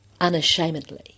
unashamedly